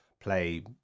play